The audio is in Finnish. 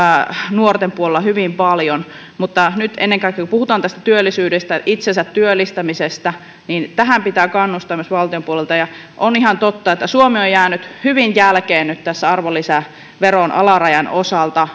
nuorten puolella hyvin paljon mutta nyt ennen kaikkea kun puhutaan tästä työllisyydestä ja itsensä työllistämisestä tähän pitää kannustaa myös valtion puolelta on ihan totta että suomi on jäänyt hyvin jälkeen nyt tässä arvonlisäveron alarajan osalta